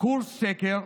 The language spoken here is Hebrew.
קורס שקר,